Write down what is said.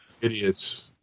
Idiots